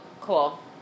cool